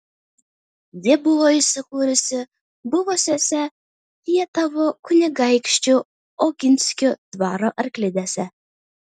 ji buvo įsikūrusi buvusiose rietavo kunigaikščių oginskių dvaro arklidėse